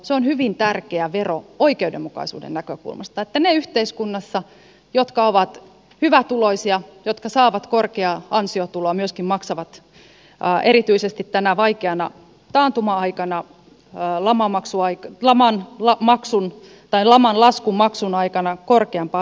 se on hyvin tärkeä vero oikeudenmukaisuuden näkökulmasta että yhteiskunnassa ne jotka ovat hyvätuloisia jotka saavat korkeaa ansiotuloa myöskin maksavat erityisesti tänä vaikeana taantuma aikana laman laskun maksun aikana korkeampaa verotusta